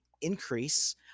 increase